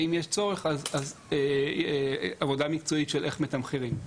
ואם יש צורך, עבודה מקצועית של איך מתמחרים.